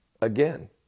again